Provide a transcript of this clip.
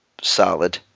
solid